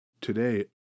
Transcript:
Today